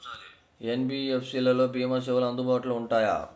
NBFC లలో భీమా సేవలు అందుబాటులో ఉంటాయా?